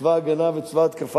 צבא הגנה וצבא התקפה,